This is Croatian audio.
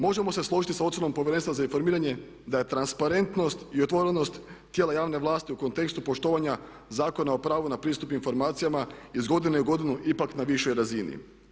Možemo se složiti sa ocjenom Povjerenstva za informiranje da je transparentnost i otvorenost tijela javne vlasti u kontekstu poštovanja Zakona o pravu na pristup informacijama iz godine u godinu ipak na višoj razini.